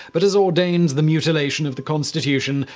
but has ordained the mutilation of the constitution,